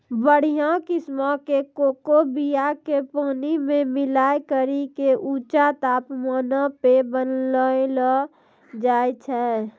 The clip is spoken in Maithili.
बढ़िया किस्मो के कोको बीया के पानी मे मिलाय करि के ऊंचा तापमानो पे बनैलो जाय छै